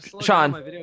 sean